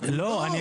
לא, לא.